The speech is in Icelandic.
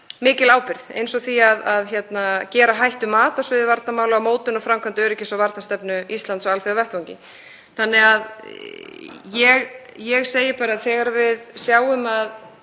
mikil ábyrgð, eins og því að gera hættumat á sviði varnarmála og mótun og framkvæmd öryggis- og varnarstefnu Íslands á alþjóðavettvangi. Ég segi bara að þegar við sjáum að